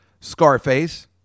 Scarface